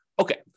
Okay